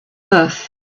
earth